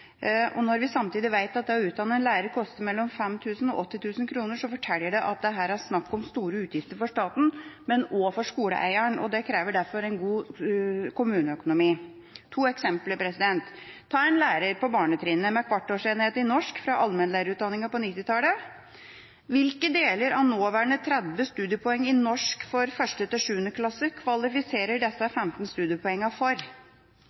Når vi samtidig vet at det å utdanne en lærer koster mellom 5 000 kr og 80 000 kr, forteller det oss at det her er snakk om store utgifter for staten, men også for skoleeier. Det krever derfor en god kommuneøkonomi. To eksempler: Ta en lærer på barnetrinnet med kvartårsenhet i norsk fra allmennlærerutdanning på 1990-tallet. Hvilke deler av de nåværende 30 studiepoengene i norsk for 1.–7. klasse kvalifiserer disse 15 studiepoeng for?